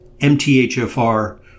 MTHFR